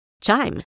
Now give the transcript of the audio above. Chime